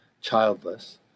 childless